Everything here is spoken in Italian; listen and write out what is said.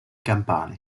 campane